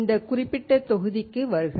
இந்த குறிப்பிட்ட தொகுதிக்கு வருக